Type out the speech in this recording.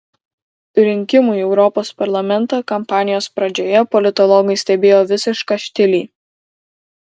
rinkimų į europos parlamentą kampanijos pradžioje politologai stebėjo visišką štilį